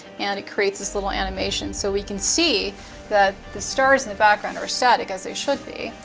and it creates this little animation so we can see that the stars in the background are static, as they should be.